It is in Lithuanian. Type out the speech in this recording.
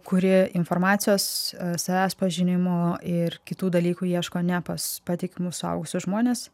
kuri informacijos savęs pažinimo ir kitų dalykų ieško ne pas patikimus suaugusius žmones